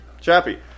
Chappy